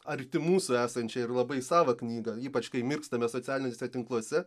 arti mūsų esančią ir labai savą knygą ypač kai mirkstame socialiniuose tinkluose